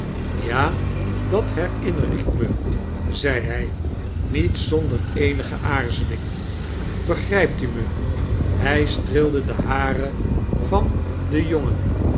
ja da herinner ik me zei hij niet zonder eenige aarzeling begrijpt u me hij streelde de haren van den jongen